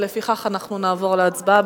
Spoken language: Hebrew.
ולפיכך נעבור להצבעה.